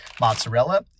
Mozzarella